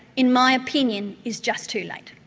in my opinion, is just too late.